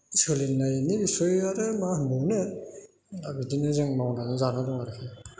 सोलिनायनि बिसय आरो मा होनबावनो दा बिदिनो जों मावनानै जानानै दं आरोखि